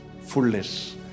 fullness